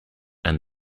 and